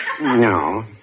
No